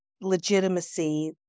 legitimacy